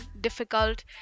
difficult